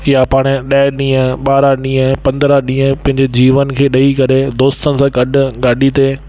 यां पाण ॾह ॾींहं ॿारहं ॾींहं पंद्रहं ॾींहं पंहिंजे जीवन खे ॾई करे दोस्तनि सां गॾु गाॾी ते